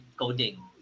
coding